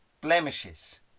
blemishes